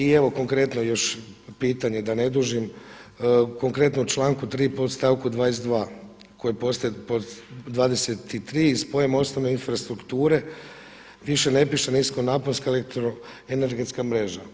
I evo konkretno još pitanje da ne dužim, konkretno u članku 3. podstavku 22. koji … pod 23. i spojem osnovne infrastrukture više ne piše niskonaponska elektroenergetska mreža.